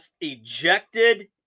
ejected